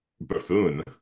buffoon